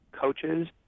coaches